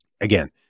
again